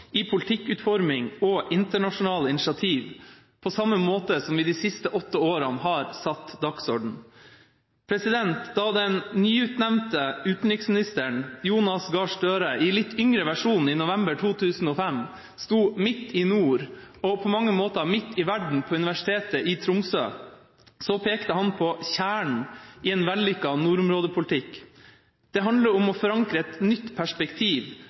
i politikkutforming og internasjonalt initiativ, på samme måte som vi i de siste åtte årene har satt dagsorden. Da den nyutnevnte utenriksministeren Jonas Gahr Støre i litt yngre versjon i november 2005 sto midt i nord og på mange måter midt i verden på Universitetet i Tromsø, pekte han på kjernen i en vellykket nordområdepolitikk: «Det handler om å forankre et nytt perspektiv,